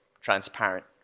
transparent